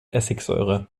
essigsäure